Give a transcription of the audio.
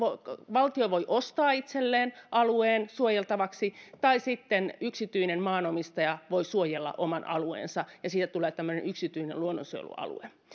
valtio voi ostaa itselleen alueen suojeltavaksi tai sitten yksityinen maanomistaja voi suojella oman alueensa ja siitä tulee tämmöinen yksityinen luonnonsuojelualue